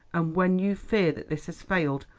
and when you fear that this has failed,